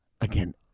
Again